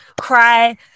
cry